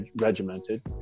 regimented